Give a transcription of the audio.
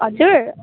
हजुर